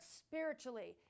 spiritually